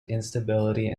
instability